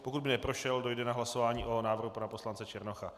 Pokud by neprošel, dojde na hlasování o návrhu pana poslance Černocha.